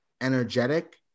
energetic